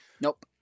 Nope